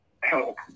help